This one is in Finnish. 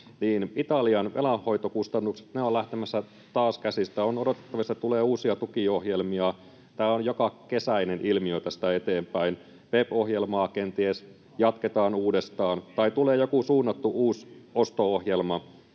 Italian velanhoitokustannukset ovat lähtemässä taas käsistä. On odotettavissa, että tulee uusia tukiohjelmia. Tämä on jokakesäinen ilmiö tästä eteenpäin. PEPP-ohjelmaa kenties jatketaan uudestaan, tai tulee joku uusi suunnattu osto-ohjelma,